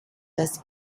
das